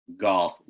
golf